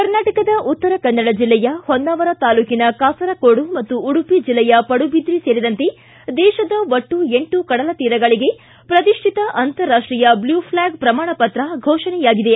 ಕರ್ನಾಟಕದ ಉತ್ತರ ಕನ್ನಡ ಜಿಲ್ಲೆಯ ಹೊನ್ನಾವರ ತಾಲೂಕಿನ ಕಾಸರಕೋಡು ಮತ್ತು ಉಡುಪಿ ಜಿಲ್ಲೆಯ ಪಡುಬಿದ್ರಿ ಸೇರಿದಂತೆ ದೇಶದ ಒಟ್ಟು ಎಂಟು ಕಡಲ ತೀರಗಳಿಗೆ ಪ್ರತಿಷ್ಠಿತ ಅಂತಾರಾಷ್ಟೀಯ ಬ್ಲ್ಯೂ ಫ್ಲ್ಯಾಗ್ ಪ್ರಮಾಣಪತ್ರ ಘೋಷಣೆಯಾಗಿದೆ